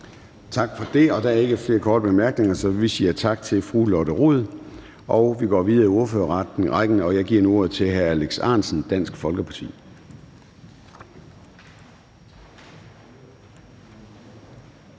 Tak for det. Der er ikke flere korte bemærkninger, så vi siger tak til fru Lotte Rod. Vi går videre i ordførerrækken, og jeg giver nu ordet til hr. Alex Ahrendtsen, Dansk Folkeparti.